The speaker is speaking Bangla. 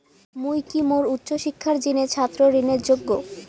মুই কি মোর উচ্চ শিক্ষার জিনে ছাত্র ঋণের যোগ্য?